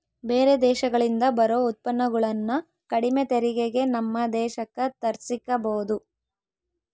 ಬೇರೆ ದೇಶಗಳಿಂದ ಬರೊ ಉತ್ಪನ್ನಗುಳನ್ನ ಕಡಿಮೆ ತೆರಿಗೆಗೆ ನಮ್ಮ ದೇಶಕ್ಕ ತರ್ಸಿಕಬೊದು